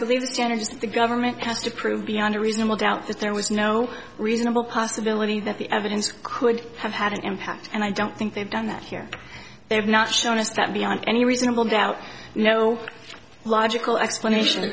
janitors the government has to prove beyond a reasonable doubt that there was no reasonable possibility that the evidence could have had an impact and i don't think they've done that here they have not shown us that beyond any reasonable doubt no logical explanation of